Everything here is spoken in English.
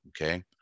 okay